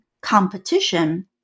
competition